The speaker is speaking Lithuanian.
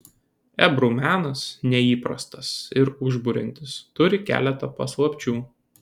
ebru menas neįprastas ir užburiantis turi keletą paslapčių